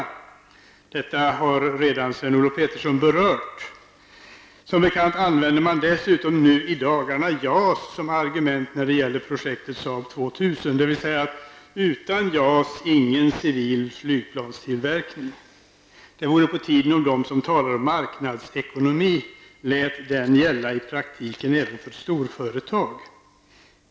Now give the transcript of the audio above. Detta har redan Sven-Olof Petersson berört. Som bekant använder man dessutom i dagarna JAS som argument när det gäller projektet Saab 2000, dvs. utan JAS ingen civil flyplanstillverkning. Det vore på tiden att de som talar om marknadsekonomi lät den gälla i praktiken även för storföretag.